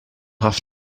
have